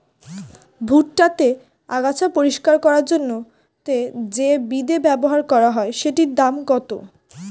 ভুট্টা তে আগাছা পরিষ্কার করার জন্য তে যে বিদে ব্যবহার করা হয় সেটির দাম কত?